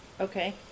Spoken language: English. Okay